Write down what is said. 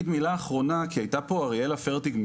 הייתה פה אריאלה פרטיג,